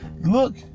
look